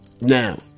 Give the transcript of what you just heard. Now